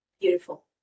Beautiful